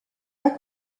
pas